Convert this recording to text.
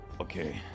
Okay